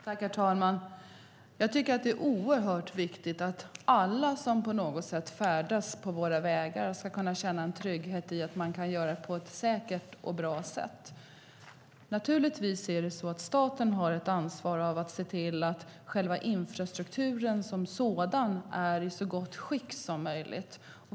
Herr talman! Jag tycker att det är oerhört viktigt att alla som på något sätt färdas på våra vägar ska kunna känna en trygghet i att man kan göra det på ett säkert och bra sätt. Naturligtvis har staten ett ansvar för att se till att själva infrastrukturen som sådan är i så gott skick som möjligt.